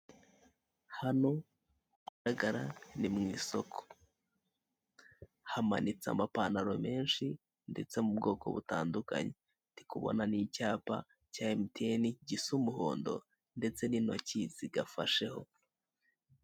Hano hagaragara ni mu isoko hamanitse amapantaro menshi ndetse mu bwoko butandukanye ndi kubona n'icyapa cya MTN gisa umuhondo ndetse n'intiki zigafasheho.